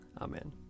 Amen